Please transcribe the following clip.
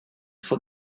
for